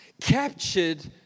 captured